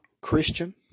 Christian